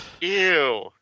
Ew